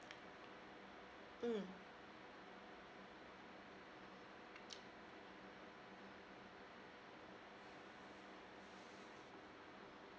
mm